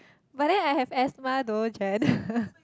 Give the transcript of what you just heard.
but then I have asthma though Jen